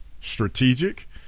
strategic